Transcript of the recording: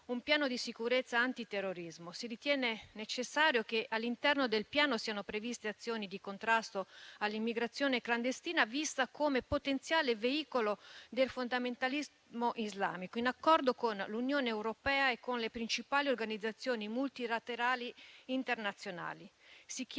un piano di sicurezza antiterrorismo; si ritiene necessario che all'interno del piano siano previste azioni di contrasto all'immigrazione clandestina, vista come potenziale veicolo del fondamentalismo islamico, in accordo con l'Unione europea e con le principali organizzazioni multilaterali internazionali, si chiede